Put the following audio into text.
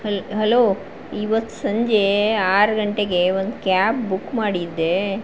ಹಲ್ hello ಇವತ್ತು ಸಂಜೆ ಆರು ಗಂಟೆಗೆ ಒಂದು ಕ್ಯಾಬ್ ಬುಕ್ ಮಾಡಿದ್ದೆ